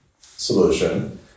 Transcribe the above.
solution